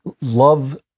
love